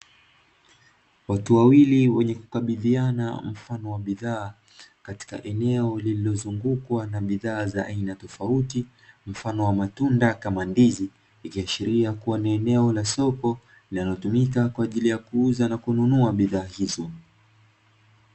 Watu wawili wenye kukabidhiana mfano wa bidhaa katika eneo lililozungukwa na bidhaa za aina tofauti mfano wa matunda kama ndizi, ikiashiria kuwa ni eneo la soko linalotumika kwa ajili ya kuuza na kununua bidhaa hizo.